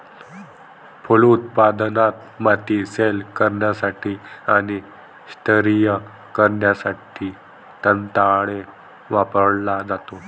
फलोत्पादनात, माती सैल करण्यासाठी आणि स्तरीय करण्यासाठी दंताळे वापरला जातो